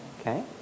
okay